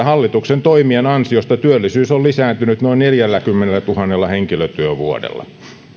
hallituksen toimien ansiosta työllisyys on lisääntynyt noin neljälläkymmenellätuhannella henkilötyövuodella